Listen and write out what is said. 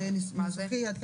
זה ניסוחי.